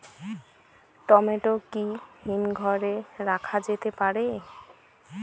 Tomato কি হিমঘর এ রাখা যেতে পারে?